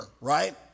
Right